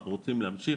אנחנו רוצים להמשיך,